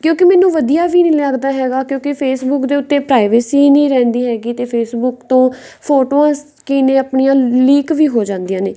ਕਿਉਂਕਿ ਮੈਨੂੰ ਵਧੀਆ ਵੀ ਨਹੀਂ ਲੱਗਦਾ ਹੈਗਾ ਕਿਉਂਕਿ ਫੇਸਬੁੱਕ ਦੇ ਉੱਤੇ ਪ੍ਰਾਈਵੇਸੀ ਹੀ ਨਹੀਂ ਰਹਿੰਦੀ ਹੈਗੀ ਅਤੇ ਫੇਸਬੁੱਕ ਤੋਂ ਫੋਟੋਆਸ ਕੀ ਨੇ ਆਪਣੀਆਂ ਲੀਕ ਵੀ ਹੋ ਜਾਂਦੀਆਂ ਨੇ